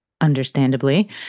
understandably